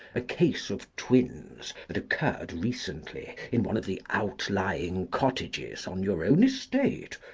a case of twins that occurred recently in one of the outlying cottages on your own estate.